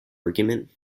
argument